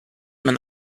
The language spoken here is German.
man